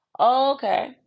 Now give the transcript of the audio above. Okay